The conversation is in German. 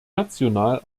national